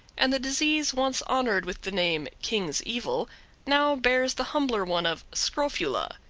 and the disease once honored with the name king's evil now bears the humbler one of scrofula,